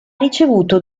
ricevuto